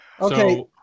Okay